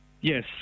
Yes